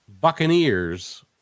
Buccaneers